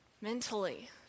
mentally